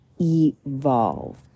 Evolve